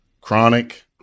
chronic